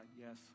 Yes